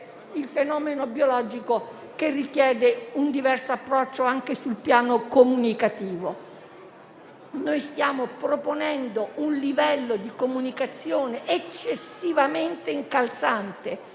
il fenomeno biologico che richiede un diverso approccio anche sul piano comunicativo. Stiamo proponendo un livello di comunicazione eccessivamente incalzante.